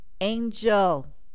Angel